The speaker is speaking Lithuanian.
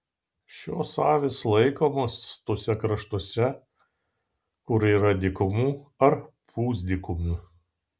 šios avys laikomos tuose kraštuose kur yra dykumų ar pusdykumių